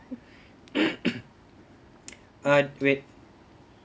uh wait